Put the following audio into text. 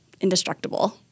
indestructible